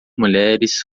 mulheres